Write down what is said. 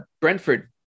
Brentford